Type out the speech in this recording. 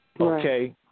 Okay